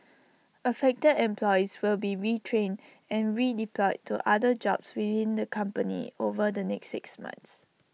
affected employees will be retrained and redeployed to other jobs within the company over the next six months